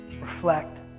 Reflect